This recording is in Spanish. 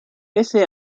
ese